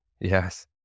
Yes